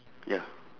ya